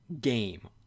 game